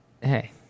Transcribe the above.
Hey